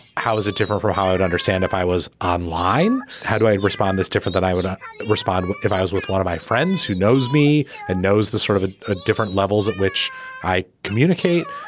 how is it different from how i would understand if i was online. how do i respond this different that i would ah respond with if i was with one of my friends who knows me and knows the sort of ah different levels at which i communicate.